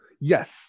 Yes